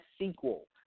sequel